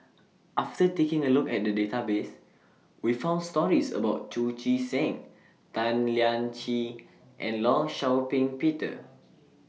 after taking A Look At The Database We found stories about Chu Chee Seng Tan Lian Chye and law Shau Ping Peter